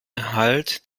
erhalt